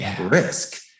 risk